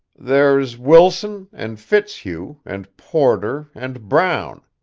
there's wilson and fitzhugh and porter and brown,